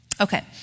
Okay